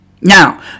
Now